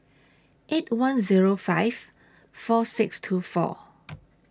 eight one Zero five four six two four